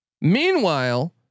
Meanwhile